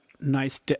nice